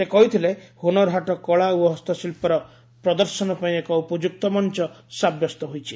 ସେ କହିଥିଲେ ହୁନରହାଟ କଳା ଓ ହସ୍ତଶିଳ୍ପର ପ୍ରଦର୍ଶନ ପାଇଁ ଏକ ଉପଯୁକ୍ତ ମଞ୍ଚ ସାବ୍ୟସ୍ତ ହୋଇଛି